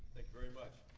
very much.